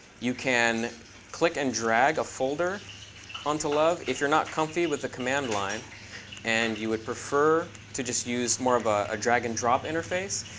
you can click and drag a folder onto love if you're not comfy with the command line and you would prefer to just use more of a ah drag and drop interface.